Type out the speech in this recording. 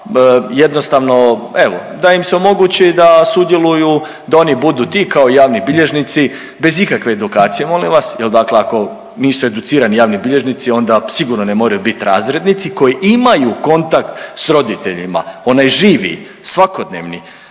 jednostavno evo da im se omogući da sudjeluju da oni budu ti kao javni bilježnici, bez ikakve edukacije molim vas, jel dakle ako nisu educirani javni bilježnici onda sigurno ne moraju biti razrednici koji imaju kontakt s roditeljima onaj živi, svakodnevni.